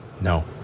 No